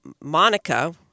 Monica